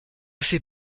fais